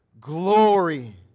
glory